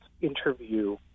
Interview